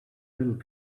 little